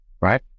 right